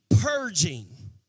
purging